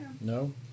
No